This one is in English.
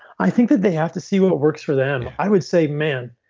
i think that they have to see what what works for them. i would say, man.